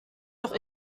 noch